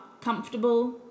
comfortable